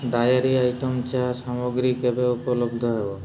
ଅଣ୍ଡାକୁ ମୁଁ କେତେ ସମୟ ଧରି ସିଝାଇବା ଉଚିତ